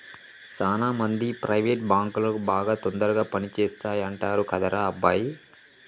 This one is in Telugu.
సాన మంది ప్రైవేట్ బాంకులు బాగా తొందరగా పని చేస్తాయంటరు కదరా అబ్బాయి